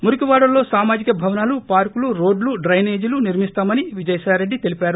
మురికివాడల్లో సామాజిక భవనాలు పార్కులు రోడ్లు డైనేజీలు నిర్మిస్తామని విజయసాయిరెడ్డి తెలిపారు